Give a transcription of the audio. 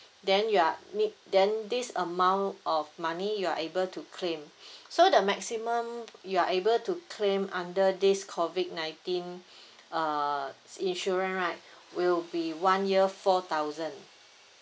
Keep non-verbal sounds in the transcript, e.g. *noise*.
then you are need then this amount of money you are able to claim *breath* so the maximum you are able to claim under this COVID nineteen *breath* uh insurance right will be one year four thousand